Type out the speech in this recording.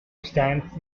stands